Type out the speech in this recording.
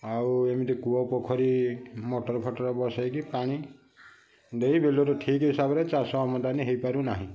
ଆଉ ଏମତି କୂଅ ପୋଖରୀ ମଟର ଫଟର ବସେଇକି ପାଣି ଦେଇ ବିଲରୁ ଠିକ ହିସାବରେ ଚାଷ ଆମଦାନୀ ହେଇ ପାରୁନାହିଁ